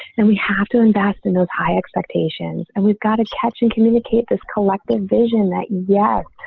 and we have to invest in those high expectations and we've got to catch and communicate this collective vision that yet.